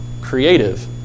creative